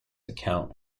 account